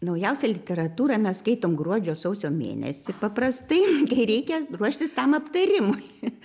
naujausią literatūrą mes skaitom gruodžio sausio mėnesį paprastai kai reikia ruoštis tam aptarimui